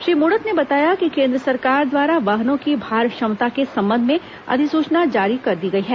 श्री मूणत ने बताया कि केंद्र सरकार द्वारा वाहनों की भार क्षमता के संबंध में अधिसूचना जारी कर दी गई है